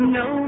no